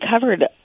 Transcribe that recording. covered